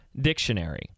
dictionary